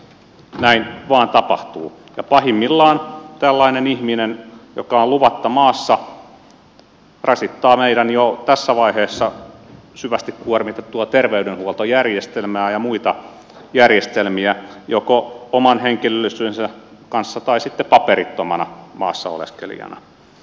näin vaan tapahtuu ja pahimmillaan tällainen ihminen joka on luvatta maassa rasittaa meidän jo tässä vaiheessa syvästi kuormitettua terveydenhuoltojärjestelmää ja muita järjestelmiä joko oman henkilöllisyytensä kanssa tai sitten paperittomana maassa oleskelijana